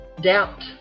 doubt